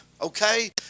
okay